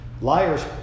Liars